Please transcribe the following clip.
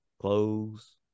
clothes